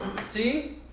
See